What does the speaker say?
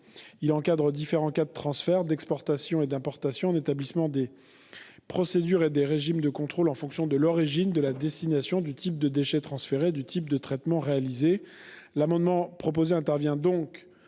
à encadrer différents cas de transfert, d'exportation et d'importation, et d'établissement des procédures et des régimes de contrôle en fonction de l'origine et de la destination du type de déchet transféré et du type de traitement réalisé. L'amendement proposé relève donc